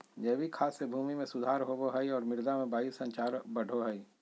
जैविक खाद से भूमि में सुधार होवो हइ और मृदा में वायु संचार बढ़ो हइ